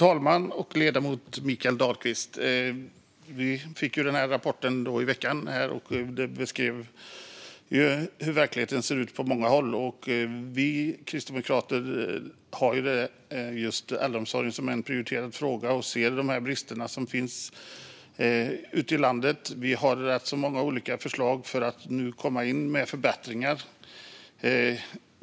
Fru talman! Vi fick den här rapporten i veckan. Den beskriver hur verkligheten ser ut på många håll. Vi kristdemokrater har just äldreomsorgen som en prioriterad fråga. Vi ser bristerna som finns ute i landet, och vi har rätt många olika förslag för att komma in med förbättringar.